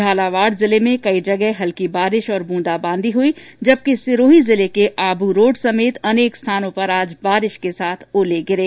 झालावाड़ जिले में कई जगह हल्की बारिश और दूंदा बांदी हुई जबकि सिरोही जिले के आब्रोड समेत अनेक स्थानों पर आज बारिश के साथ ओले गिरे